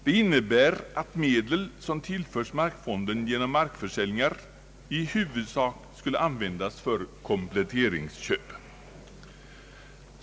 Det innebar att medel, som tillförts markfonden genom markförsäljningar, i huvudsak skulle användas för kompletteringsköp.